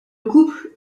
couple